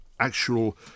actual